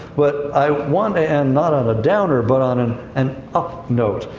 but, i want and not on a downer, but on an, an up note.